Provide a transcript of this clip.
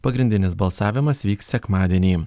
pagrindinis balsavimas vyks sekmadienį